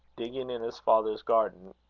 digging in his father's garden,